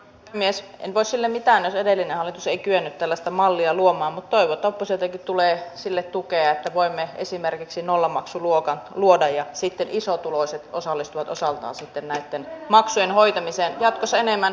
en voi sille mitään jos edellinen hallitus ei kyennyt tällaista mallia luomaan mutta toivon että oppositioltakin tulee sille tukea että voimme esimerkiksi nollamaksuluokan luoda ja sitten isotuloiset osallistuvat osaltaan näitten maksujen hoitamiseen jatkossa enemmän